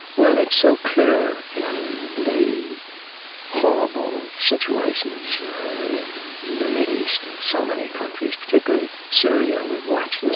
well, it's so clear in the horrible and situations in the mid-east and so many countries, particularly syria. we've watched this